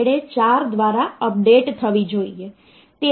તેથી આ તે વસ્તુઓ છે જે આપણે કમ્પ્યુટરની અંદર રજૂ કરવાની જરૂર હોય છે